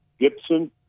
Gibson